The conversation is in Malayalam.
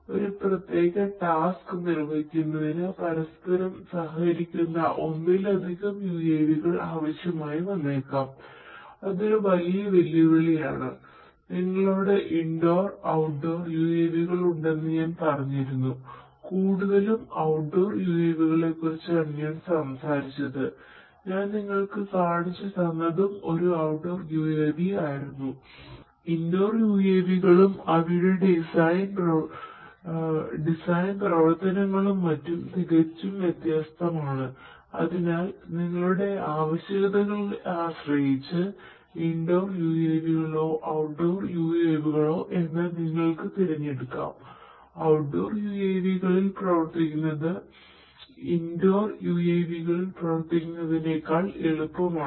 ഒരു പ്രത്യേക ടാസ്ക് യുഎവികളിൽ പ്രവർത്തിക്കുന്നതിനേക്കാൾ എളുപ്പമാണ്